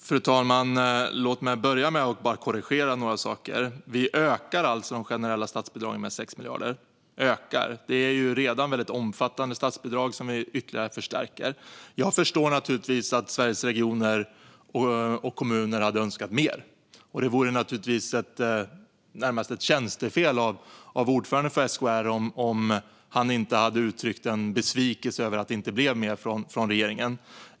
Fru talman! Låt mig börja med att korrigera några saker. Vi ökar alltså de generella statsbidragen med 6 miljarder. Det är redan väldigt omfattande statsbidrag som vi ytterligare förstärker. Jag förstår naturligtvis att Sveriges Kommuner och Regioner hade önskat mer. Det hade närmast varit tjänstefel av SKR:s ordförande om han inte hade uttryckt besvikelse över att det inte blev mer från regeringen.